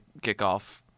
kickoff